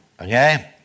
Okay